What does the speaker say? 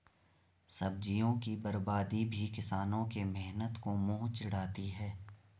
सब्जियों की बर्बादी भी किसानों के मेहनत को मुँह चिढ़ाती है